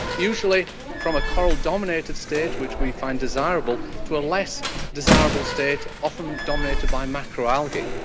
usually from a coral dominated state which we find desirable, to a less desirable state often dominated by macroalgae.